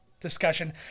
discussion